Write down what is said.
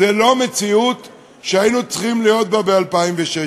זאת לא מציאות שהיינו צריכים להיות בה ב-2016.